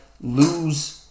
lose